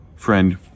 Friend